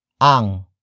Ang